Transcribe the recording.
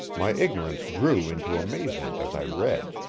my ignorance grew into amazement as i read.